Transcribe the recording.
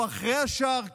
או אחרי השער כבר?